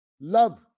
love